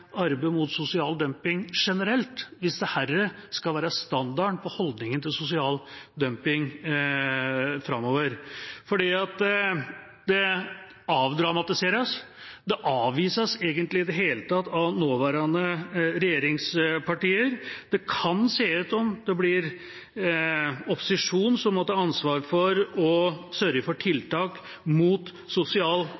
arbeid mot sosial dumping generelt hvis dette skal være standarden på holdninga til sosial dumping framover. For det avdramatiseres, det avvises egentlig i det hele tatt av nåværende regjeringspartier. Det kan se ut som om det blir opposisjonen som må ta ansvar for å sørge for